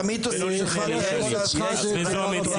את המיתוסים שלך --- זו המציאות.